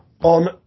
On